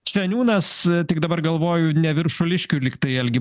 seniūnas tik dabar galvoju ne viršuliškių lygtai algi